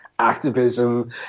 activism